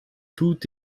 tout